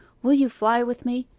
will you fly with me?